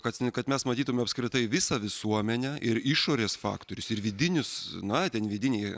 kad jinai kad mes matytume apskritai visą visuomenę ir išorės faktorius ir vidinius na ten vidiniai